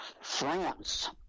France